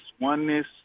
oneness